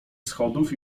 schodów